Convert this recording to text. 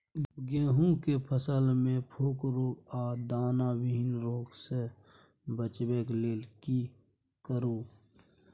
गेहूं के फसल मे फोक रोग आ दाना विहीन रोग सॅ बचबय लेल की करू?